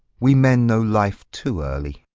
we men know life too early.